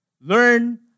Learn